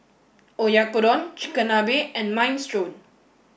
Oyakodon Chigenabe and Minestrone